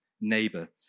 neighbor